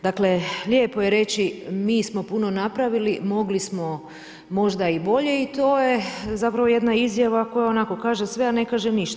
Dakle, lijepo je reći mi smo puno napravili, mogli smo možda i bolje i to je zapravo jedna izjava koja onako kaže sve, a ne kaže ništa.